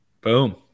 Boom